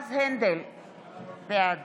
בעד